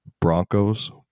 Broncos